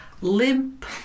limp